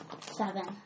seven